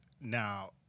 Now